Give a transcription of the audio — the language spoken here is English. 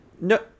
No